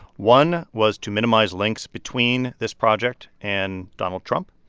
one was to minimize links between this project and donald trump,